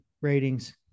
ratings